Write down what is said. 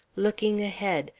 looking ahead,